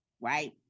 right